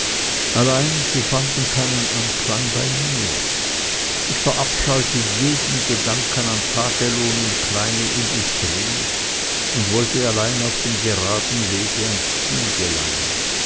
allein sie fanden keinen anklang bei mir ich verabscheute jeden gedanken an tagelohn und kleine industrie und wollte allein auf dem geraden wege ans ziel gelangen